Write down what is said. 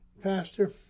Pastor